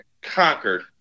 conquered